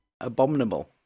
Abominable